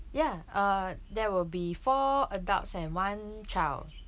ya uh there will be four adults and one child